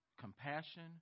compassion